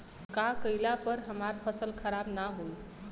का कइला पर हमार फसल खराब ना होयी?